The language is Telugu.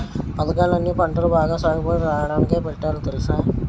పదకాలన్నీ పంటలు బాగా సాగుబడి రాడానికే పెట్టారు తెలుసా?